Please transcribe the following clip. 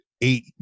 eight